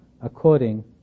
according